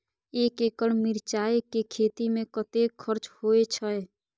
एक एकड़ मिरचाय के खेती में कतेक खर्च होय छै?